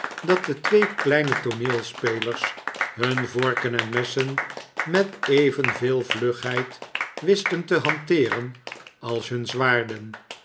dat de twee kleine tooneelspelers hun vorken en messen met evenveel vlugheid wisten te hanteeren als hun zwaarden